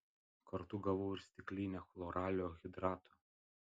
kartu gavau ir stiklinę chloralio hidrato